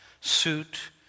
suit